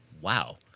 Wow